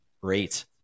Great